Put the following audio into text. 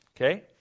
Okay